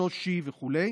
שושי וכו'.